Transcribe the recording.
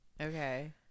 Okay